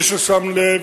מי ששם לב,